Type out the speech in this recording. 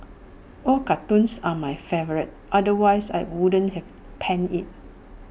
all cartoons are my favourite otherwise I wouldn't have penned IT